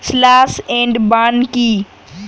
Slash and burn কি?